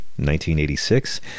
1986